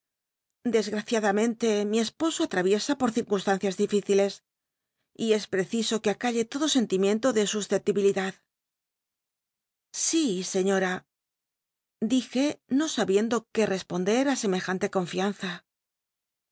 c mi esposo att witsa por cil'l'lt nstancias difíciles y es preciso que acalle todo sentimiento de susceptibilidad si seiiora clijr no sabiendo r ué l'cspondct ti semejante confianza